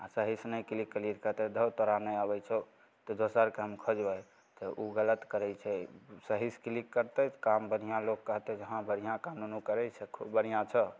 आओर सहीसे नहि क्लिक केलिए तऽ कहतै धौ तोरा नहि आबै छौ तऽ दोसरके हम खोजबै तऽ गलत करै छै सहीसे क्लिक करतै तऽ काम बढ़िआँ लोक कहतै जे हँ काम बढ़िआँ काम नुनू करै छै खूब बढ़िआँ छऽ